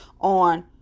on